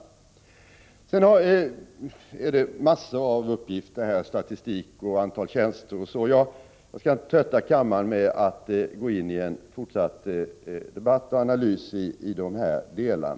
Det har här i dag framkommit massor av uppgifter, statistik om antalet tjänster osv. Jag skall inte trötta kammarens ledamöter med att gå in i en fortsatt debatt och analys i dessa delar.